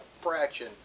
fraction